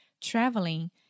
Traveling